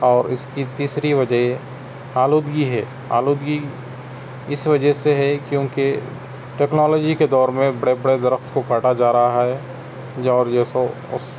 اور اس کی تیسری وجہ یہ ہے آلودگی ہے آلودگی اس وجہ سے ہے کیوں کہ ٹکنالوجی کے دور میں بڑے بڑے درخت کو کاٹا جا رہا ہے جو اور یہ سو اس